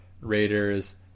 Raiders